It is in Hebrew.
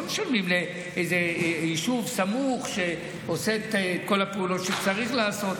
לא משלמים לאיזה יישוב סמוך שעושה את כל הפעולות שצריך לעשות.